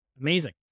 amazing